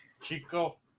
Chico